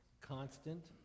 constant